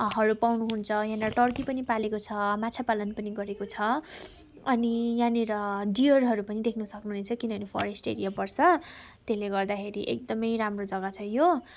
हरू पाउनुहुन्छ यहाँनिर टर्की पनि पालेको छ माछा पालन पनि गरेको छ अनि यहाँनिर डियरहरू पनि देख्न सक्नुहुनेछ किनेभने फरेस्ट एरिया पर्छ त्यसले गर्दाखेरि एकदमै राम्रो जग्गा छ यो